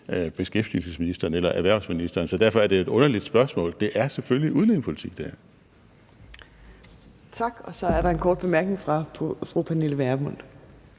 beskæftigelsesministeren eller erhvervsministeren, så derfor er det et underligt spørgsmål. Det her er selvfølgelig udlændingepolitik. Kl. 15:37 Fjerde næstformand (Trine Torp): Tak, og så er der en kort bemærkning fra fru Pernille Vermund.